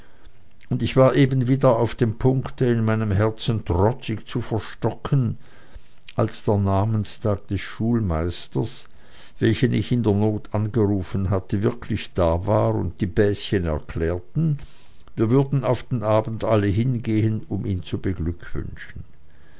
und ich war eben wieder auf dem punkte in meinem herzen trotzig zu verstocken als der namenstag des schulmeisters welchen ich in der not angerufen hatte wirklich da war und die bäschen erklärten wir würden auf den abend alle hingehen um ihn zu beglückwünschen